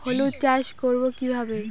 হলুদ চাষ করব কিভাবে?